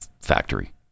factory